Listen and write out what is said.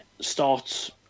starts